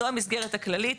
זו המסגרת הכללית.